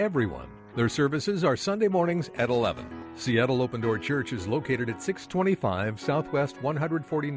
everyone their services are sunday mornings at eleven seattle open door church is located at six twenty five south west one hundred forty